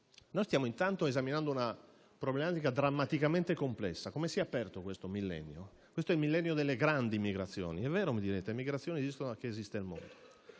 Noi stiamo esaminando una problematica drammaticamente complessa. Come si è aperto questo millennio? Questo è il millennio delle grandi migrazioni. È vero, e mi direte che le migrazioni esistono